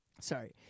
Sorry